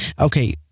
okay